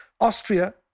Austria